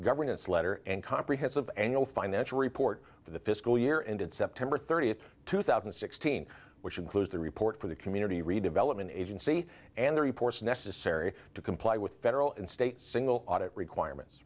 governance letter and comprehensive annual financial report for the fiscal year ended september thirtieth two thousand and sixteen which includes the report for the community redevelopment agency and the reports necessary to comply with federal and state single audit requirements